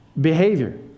behavior